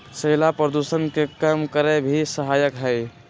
शैवाल प्रदूषण के कम करे में भी सहायक हई